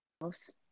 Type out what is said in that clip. house